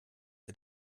ihr